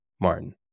Martin